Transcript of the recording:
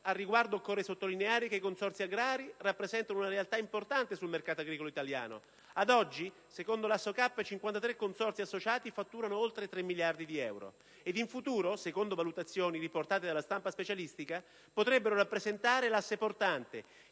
Al riguardo occorre sottolineare che i consorzi agrari rappresentano un realtà importante sul mercato agricolo italiano. Ad oggi, secondo l'ASSOCAP, 53 consorzi associati fatturano oltre tre miliardi di euro ed in futuro, secondo valutazioni riportate dalla stampa specialistica, potrebbero rappresentare l'asse portante,